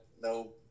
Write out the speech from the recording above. no